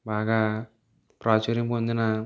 బాగా ప్రాచుర్యం పొందిన